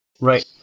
Right